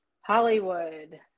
hollywood